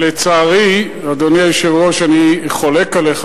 לצערי, אדוני היושב-ראש, אני חולק עליך.